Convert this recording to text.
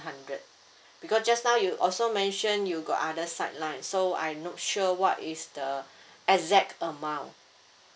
hundred because just now you also mention you got other side line so I not sure what is the exact amount